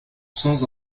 sans